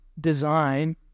design